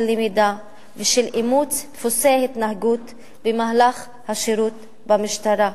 למידה ושל אימוץ דפוסי התנהגות במהלך השירות במשטרה.